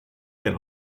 can